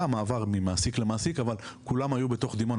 היה מעבר ממעסיק למעסיק אבל כולם היו בתוך דימונה.